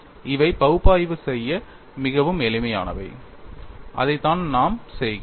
அவை பகுப்பாய்வு செய்ய மிகவும் எளிமையானவை அதைத்தான் நாம் செய்கிறோம்